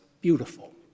beautiful